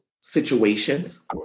situations